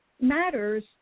matters